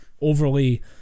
overly